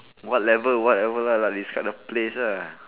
what level whatever lah describe the place lah